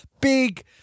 big